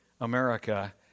America